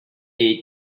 aid